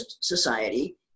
society